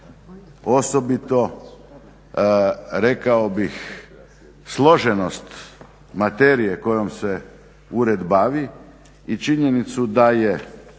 osobito, rekao bih složenost materije kojom se ured bavi i činjenicu da je